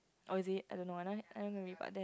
oh is it I don't know I don't really know about that